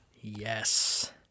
Yes